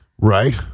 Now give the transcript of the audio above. Right